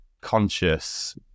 conscious